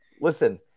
Listen